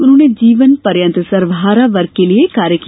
उन्होंने जीवन पर्यन्त सर्वहारा वर्ग के लिए कार्य किया